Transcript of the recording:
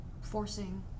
forcing